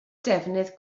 defnydd